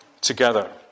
together